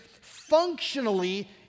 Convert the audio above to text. functionally